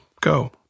go